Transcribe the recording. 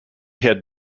had